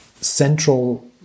central